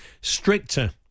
stricter